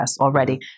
already